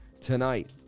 tonight